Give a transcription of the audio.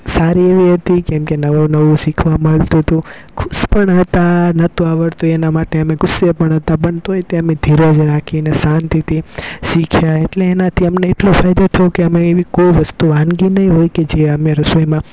સારી એવી હતી કે કેમ કે નવું નવું શીખવા મળતું હતું ખુશ પણ હતા નતું આવડતું એના માટે અમે ગુસ્સે પણ હતા પણ તોય ત્યાં અમે ધીરજ રાખીને શાંતિથી શીખ્યા એટલે એનાથી અમને એટલો ફાયદો થયો કે અમે એવી કોઈ વસ્તુ વાનગી નહીં હોય કે જે અમે રસોઈમાં